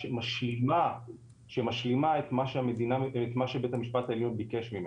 שמשלימה את מה שבית המשפט העליון ביקש ממנה,